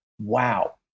wow